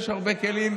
יש הרבה כלים,